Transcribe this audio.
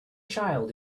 child